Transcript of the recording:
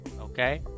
okay